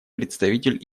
представитель